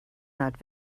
not